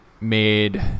made